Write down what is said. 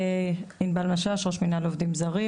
ענבל משש, ראש מנהל עובדים זרים.